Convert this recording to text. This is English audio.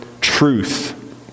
truth